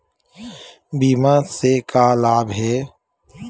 बीमा से का लाभ हे?